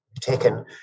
taken